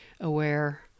aware